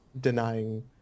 denying